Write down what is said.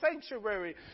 sanctuary